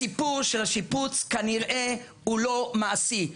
הסיפור של השיפוץ כנראה הוא לא מעשי,